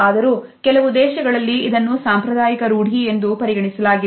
ಆದರೂಕೆಲವು ದೇಶಗಳಲ್ಲಿ ಇದನ್ನು ಸಾಂಪ್ರದಾಯಿಕ ರೂಢಿ ಎಂದು ಪರಿಗಣಿಸಲಾಗಿದೆ